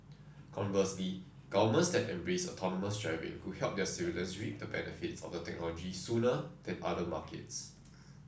conversely governments that embrace autonomous driving could help their civilians reap the benefits of the technology sooner than other markets